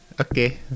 Okay